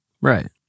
Right